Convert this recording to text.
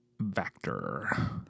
Vector